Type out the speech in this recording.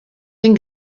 den